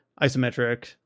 isometric